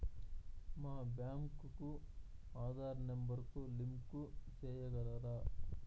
మా బ్యాంకు కు ఆధార్ నెంబర్ కు లింకు సేయగలరా?